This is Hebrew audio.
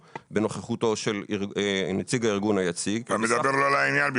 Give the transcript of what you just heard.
בנוכחותו של נציג הארגון היציג --- אתה מדבר לא לעניין.